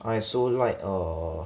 I also like err